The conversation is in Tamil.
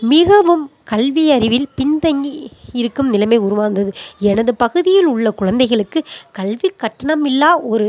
மிகவும் கல்வியறிவில் பின்தங்கி இருக்கும் நிலமை உருவாகின்றது எனது பகுதியில் உள்ள குழந்தைகளுக்குக் கல்வி கட்டணம் இல்லா ஒரு